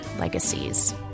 legacies